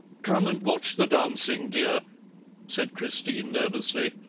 come and watch the dancing, dear said christine nervously.